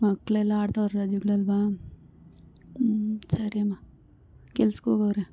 ಮಕ್ಕಳೆಲ್ಲ ಆಡ್ತಾವ್ರೆ ರಜೆಗಳಲ್ವ ಹ್ಞೂ ಸರಿಯಮ್ಮ ಕೆಲಸಕ್ಕೋಗವ್ರೆ